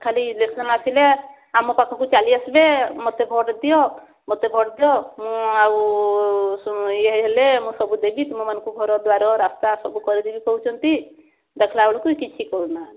ଖାଲି ଇଲେକ୍ସନ ଆସିଲେ ଆମ ପାଖକୁ ଚାଲି ଆସିବେ ମୋତେ ଭୋଟ ଦିଅ ମୋତେ ଭୋଟ ଦିଅ ମୁଁ ଆଉ ଇଏ ହେଲେ ମୁଁ ସବୁ ଦେବି ତୁମମାନଙ୍କୁ ଘର ଦ୍ୱାର ରାସ୍ତା ସବୁ କରିଦେବି କହୁଛନ୍ତି ଦେଖିଲା ବେଳକୁ କିଛି କରୁ ନାହାଁନ୍ତି